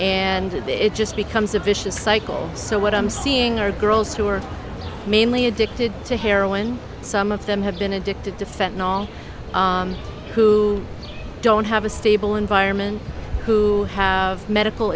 and it just becomes a vicious cycle so what i'm seeing are girls who are mainly addicted to heroin some of them have been addicted defend all who don't have a stable environment who have medical